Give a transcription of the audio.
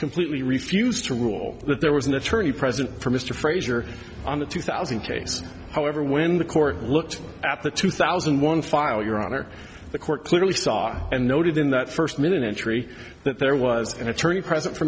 completely refused to rule that there was an attorney present for mr frazier on the two thousand case however when the court looked at the two thousand one file your honor the court clearly saw and noted in that first minute entry that there was an attorney present for